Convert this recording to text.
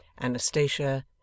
Anastasia